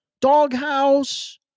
doghouse